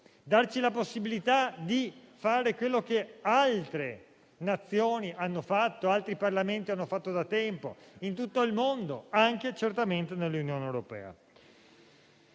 darci la possibilità di fare quello che altre Nazioni e altri Parlamenti hanno fatto da tempo, in tutto il mondo, certamente anche nell'Unione europea.